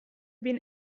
been